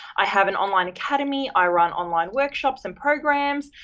i have an online academy. i run online workshops and programs.